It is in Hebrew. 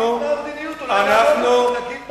בפני מה?